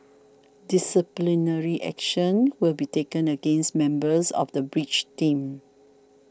disciplinary action will be taken against members of the bridge teams